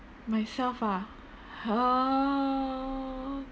myself ah err